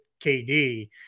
KD